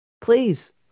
Please